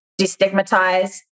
destigmatize